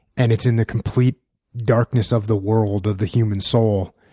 and it's in the complete darkness of the world, of the human soul.